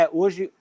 hoje